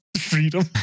Freedom